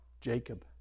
Jacob